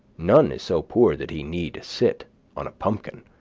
none is so poor that he need sit on a pumpkin.